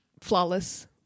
Flawless